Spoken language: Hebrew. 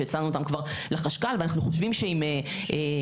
שהצענו אותם כבר לחשכ"ל ואנחנו חושבים שעם קצת